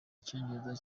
icyongereza